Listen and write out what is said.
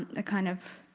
a kind of